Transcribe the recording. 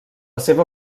seva